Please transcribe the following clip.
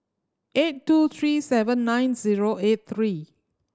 eight two three seven nine zero eight three